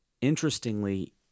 interestingly